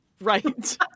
Right